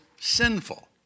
sinful